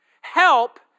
Help